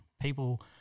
people